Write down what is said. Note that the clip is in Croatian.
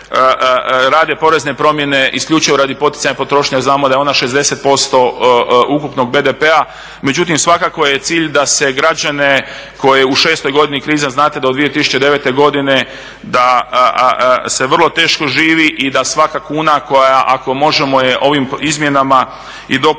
rade porezne promjene isključivo radi poticanja potrošnje, jer znamo da je ona 60% ukupnog BDP-a. Međutim, svakako je cilj da se građane koje u šestoj godini krize, znate da od 2009. da se vrlo teško živi i da svaka kuna koja ako možemo je ovim izmjenama i dopunama